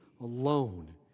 alone